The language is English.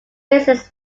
basis